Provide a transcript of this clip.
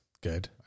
good